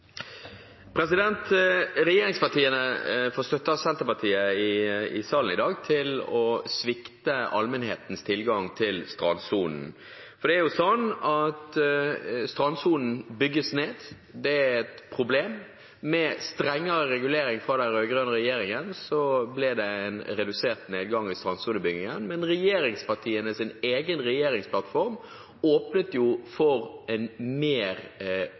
jo sånn at strandsonen bygges ned. Det er et problem. Med strengere regulering fra den rød-grønne regjeringen ble det en redusert nedgang i strandsonebyggingen, men regjeringspartienes egen regjeringsplattform åpnet jo for en